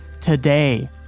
today